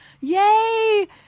Yay